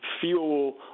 fuel